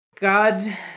God